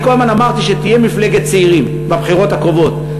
אני כל הזמן אמרתי שתהיה מפלגת צעירים בבחירות הקרובות,